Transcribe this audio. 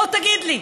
בוא תגיד לי.